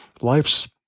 life's